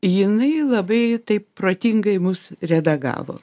jinai labai taip protingai mus redagavo